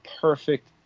perfect